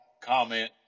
comment